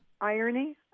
Irony